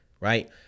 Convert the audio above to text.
right